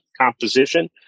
composition